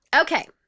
Okay